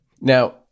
Now